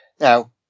Now